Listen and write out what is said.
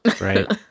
right